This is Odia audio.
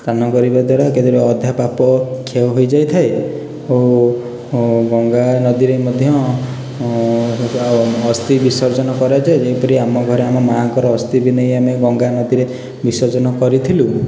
ସ୍ନାନ କରିବା ଦ୍ୱାରା ଅଧା ପାପ କ୍ଷୟ ହେଇ ଯାଇଥାଏ ଓ ଗଙ୍ଗା ନଦୀରେ ମଧ୍ୟ ଅସ୍ତି ବିସର୍ଜନ କରାଯାଏ ଯେମିତି ଆମ ଘରେ ଆମ ମାଙ୍କର ଅସ୍ତି ବି ନେଇ ଆମେ ଗଙ୍ଗା ନଦୀରେ ନେଇ ବିସର୍ଜନ କରିଥିଲୁ